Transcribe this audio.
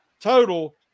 total